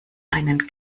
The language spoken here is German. einen